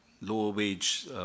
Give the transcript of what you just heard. lower-wage